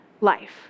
life